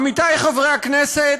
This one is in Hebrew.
עמיתי חברי הכנסת,